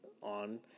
on